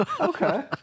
Okay